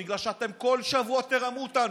בגלל שאתם בכל שבוע תרמו אותנו.